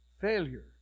Failure